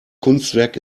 kunstwerk